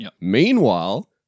Meanwhile